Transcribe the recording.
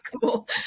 cool